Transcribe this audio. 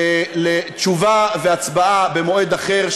לתשובה והצבעה במועד אחר.